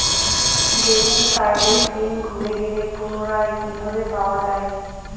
Debit কার্ডের PIN ভুলে গেলে পুনরায় কিভাবে পাওয়া য়ায়?